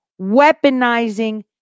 Weaponizing